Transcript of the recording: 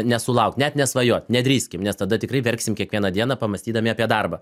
nesulaukt net nesvajot nedrįskim nes tada tikrai verksim kiekvieną dieną pamąstydami apie darbą